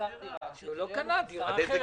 בכל גיל מי שאין לו דירה.